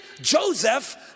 Joseph